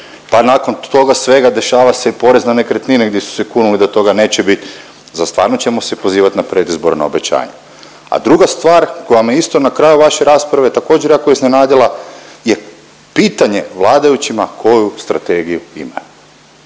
pa nakon toga svega dešava se i porez na nekretnine gdje su se kunili da toga neće bit, zar stvarno ćemo se pozivat na predizborna obećanja? A druga stvar koja me isto na kraju vaše rasprave također jako iznenadila je pitanje vladajućima koju strategiju ima.